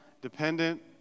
dependent